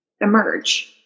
emerge